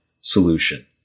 solution